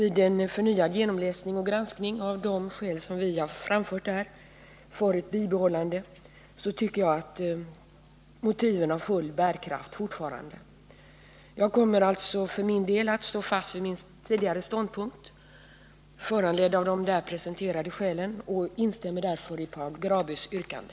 Vid en förnyad genomläsning och granskning av de skäl som vi har framfört för ett bibehållande tycker jag att motiven fortfarande har full bärkraft. Jag kommer alltså att stå fast vid min tidigare ståndpunkt, föranledd av de presenterade skälen, och instämmer därför i Paul Grabös yrkande.